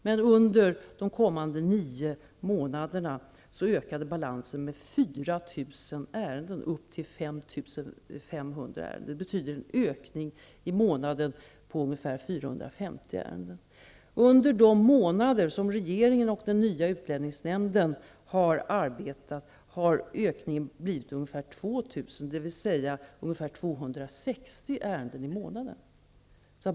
Men under de kommande nio månaderna ökade balansen med 4 000 ärenden upp till 5 500 ärenden. Det betyder en ökning på ungefär 450 ärenden i månaden. Under de månader som regeringen och den nya utlänningsnämnden har arbetat har ökningen blivit ungefär 2 000 ärenden, dvs. ca 260 ärenden i månaden.